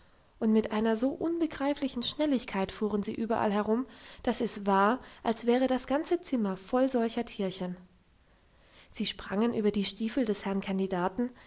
und mit einer so unbegreiflichen schnelligkeit fuhren sie überall herum dass es war als wäre das ganze zimmer voll solcher tierchen sie sprangen über die stiefel des herrn kandidaten